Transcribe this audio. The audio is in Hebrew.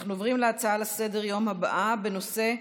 להוסיף,